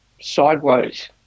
sideways